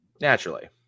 Naturally